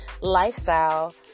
lifestyle